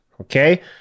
okay